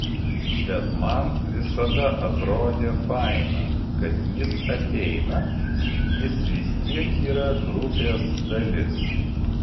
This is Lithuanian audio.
bet man visada atrodė faina kad jis ateina jis vis tiek yra grupės dalis